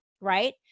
right